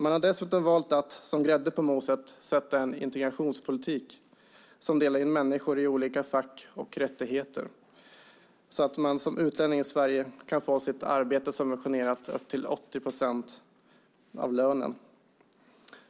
Man har dessutom, som grädde på moset, valt att driva en integrationspolitik som delar in människor i olika fack med olika rättigheter så att en utlänning i Sverige kan få sitt arbete upp till 80 procent av lönen subventionerat.